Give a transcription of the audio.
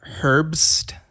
Herbst